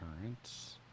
currents